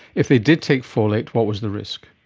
if they did take folate, what was the risk?